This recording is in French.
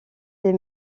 des